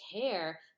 care